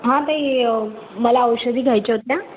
हा ते मला औषधी घ्यायच्या होत्या